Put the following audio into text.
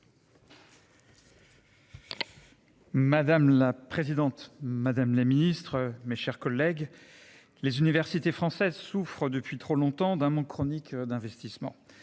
Madame la présidente, madame la ministre, mes chers collègues. Les universités françaises souffrent depuis trop longtemps d'un manque chronique d'investissements.